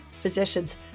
physicians